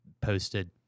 posted